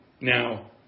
Now